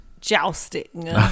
Jousting